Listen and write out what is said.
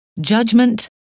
Judgment